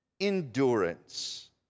endurance